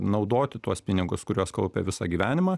naudoti tuos pinigus kuriuos kaupė visą gyvenimą